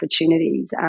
opportunities